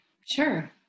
Sure